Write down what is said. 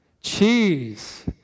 Cheese